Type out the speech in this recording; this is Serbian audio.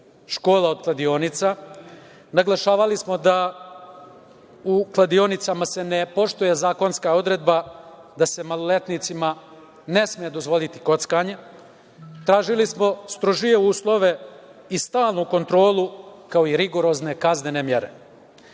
škola od kladionica, naglašavali smo da u kladionicama se ne poštuje zakonska odredba da se maloletnicima ne sme dozvoliti kockanje, tražili smo strožije uslove i stalnu kontrolu kao i rigorozne kaznene